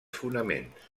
fonaments